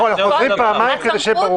אנחנו חוזרים פעמיים כדי שיהיה ברור.